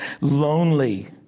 lonely